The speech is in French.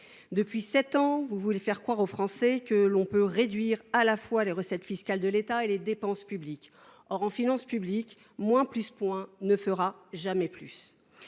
Depuis sept ans, vous voulez faire croire aux Français que l’on peut réduire, à la fois, les recettes fiscales de l’État et les dépenses publiques. Or, dans le domaine des finances publiques, moins plus moins ne fera jamais plus